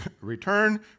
Return